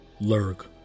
Lurg